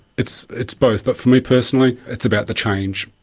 it's it's both, but for me personally it's about the change.